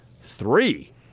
three